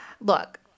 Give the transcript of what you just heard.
look